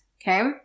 Okay